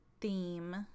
theme